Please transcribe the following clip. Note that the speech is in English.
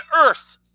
earth